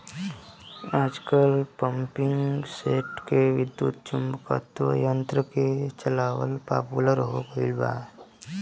आजकल पम्पींगसेट के विद्युत्चुम्बकत्व यंत्र से चलावल पॉपुलर हो गईल बा